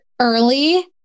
early